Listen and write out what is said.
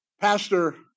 Pastor